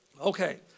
Okay